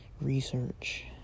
research